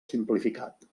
simplificat